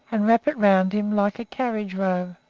and wrap it around him like a carriage-robe.